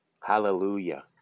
Hallelujah